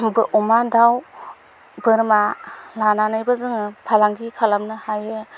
अमा दाव बोरमा लानानैबो जोङो फालांगि खालामनो हायो